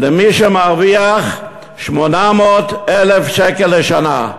למי שמרוויח 800,000 שקל לשנה.